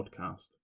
Podcast